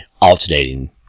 alternating